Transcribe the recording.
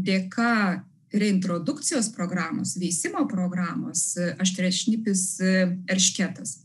dėka reintrodukcijos programos veisimo programos aštriašnipis eršketas